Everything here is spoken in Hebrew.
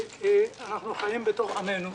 אנחנו חיים בתוך עמנו,